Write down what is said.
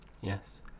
Yes